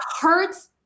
hurts